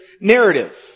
narrative